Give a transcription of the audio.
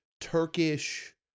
Turkish